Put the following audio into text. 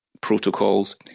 protocols